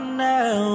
now